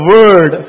Word